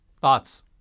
Thoughts